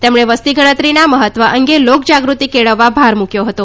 તેમણે વસ્તી ગણતરીના મહત્વ અંગે લોક જાગ્રતિ કેળવવા ભાર મૂક્યો હતો